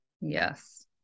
yes